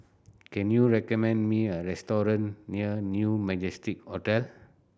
can you recommend me a restaurant near New Majestic Hotel